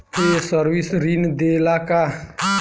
ये सर्विस ऋण देला का?